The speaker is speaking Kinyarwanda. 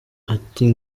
ati